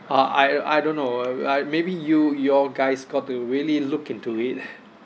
uh I I don't know uh I maybe you you all guys got to really look into it